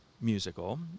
musical